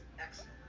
excellent